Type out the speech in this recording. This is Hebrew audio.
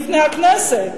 בפני הכנסת.